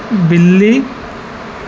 ਬਿੱਲੀ